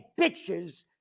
bitches